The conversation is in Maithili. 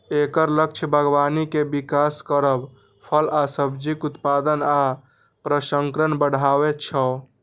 एकर लक्ष्य बागबानी के विकास करब, फल आ सब्जीक उत्पादन आ प्रसंस्करण बढ़ायब छै